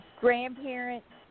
grandparents